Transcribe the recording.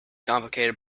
complicated